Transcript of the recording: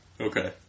Okay